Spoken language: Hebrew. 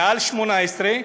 מעל 18,